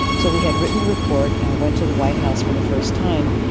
so we had written the report, went to the white house for the first time,